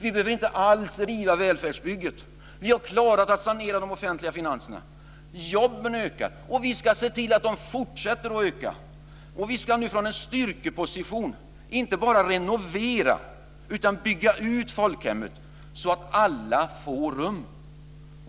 Vi behöver inte alls riva välfärdsbygget. Vi har klarat att sanera de offentliga finanserna. Antalet jobb ökar, och vi ska se till att de fortsätter att öka. Vi ska nu från en styrkeposition inte bara renovera utan bygga ut folkhemmet så att alla får rum.